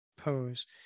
pose